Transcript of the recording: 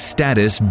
Status